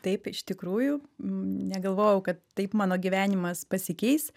taip iš tikrųjų negalvojau kad taip mano gyvenimas pasikeis